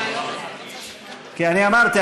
אני אמרתי,